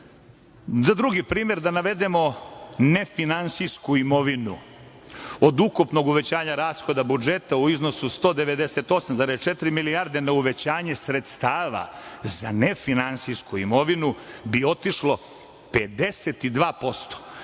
itd. Drugi primer da navedemo nefinansijsku imovinu. Od ukupnog uvećanja rashoda budžeta u iznosu 198,4 milijardi na uvećanje sredstava za nefinansijsku imovinu bi otišlo 52%.